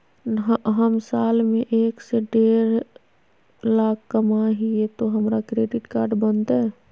हम साल में एक से देढ लाख कमा हिये तो हमरा क्रेडिट कार्ड बनते?